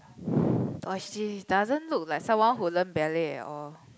or she doesn't look like someone who learn ballet at all